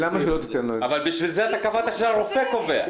לכן קבעת שהרופא קובע.